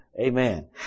Amen